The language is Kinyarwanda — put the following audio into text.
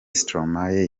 stromae